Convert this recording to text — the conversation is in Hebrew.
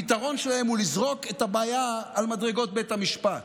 הפתרון שלהם הוא לזרוק את הבעיה על מדרגות בית המשפט.